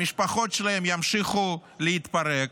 המשפחות שלהם ימשיכו להתפרק,